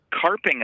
carping